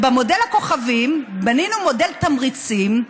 במודל הכוכבים בנינו מודל תמריצים,